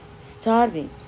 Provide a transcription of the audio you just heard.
starving